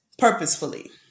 Purposefully